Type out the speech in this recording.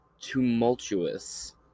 tumultuous